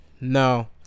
no